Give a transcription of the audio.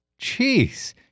Jeez